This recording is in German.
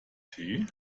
tee